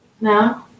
no